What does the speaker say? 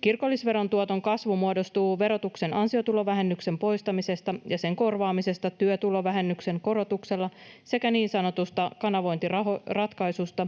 Kirkollisveron tuoton kasvu muodostuu verotuksen ansiotulovähennyksen poistamisesta ja sen korvaamisesta työtulovähennyksen korotuksella sekä niin sanotusta kanavointiratkaisusta,